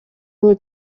will